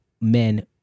men